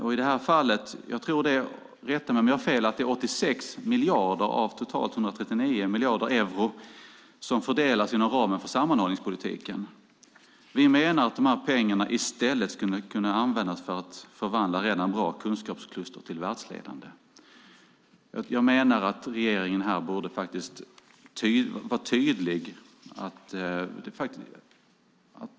I det här fallet tror jag - rätta mig om jag har fel - att det är 86 miljarder av totalt 139 miljarder euro som fördelas inom ramen för sammanhållningspolitiken. Vi menar att de här pengarna i stället skulle kunna användas till att förvandla redan bra kunskapskluster till världsledande. Jag menar att regeringen här borde vara tydlig.